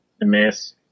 Miss